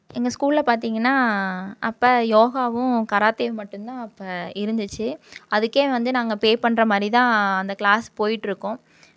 எங்கள் ஸ்கூல்ல பார்த்திங்கனா அப்போ யோகாவும் கராத்தேவும் மட்டுந்தான் அப்போ இருந்துச்சு அதுக்கே வந்து நாங்கள் பே பண்ணுறமாரிதான் அந்த கிளாஸ் போய்ட்ருக்கோம்